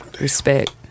Respect